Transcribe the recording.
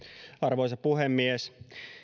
arvoisa puhemies